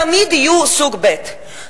תמיד יהיו סוג ב'.